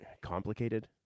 complicated